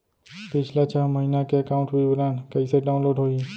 पिछला छः महीना के एकाउंट विवरण कइसे डाऊनलोड होही?